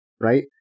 right